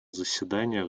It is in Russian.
заседания